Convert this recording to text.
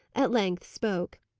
at length spoke,